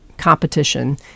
competition